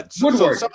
Woodward